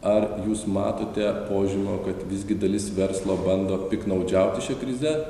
ar jūs matote požymių kad visgi dalis verslo bando piktnaudžiauti šia krize